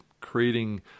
creating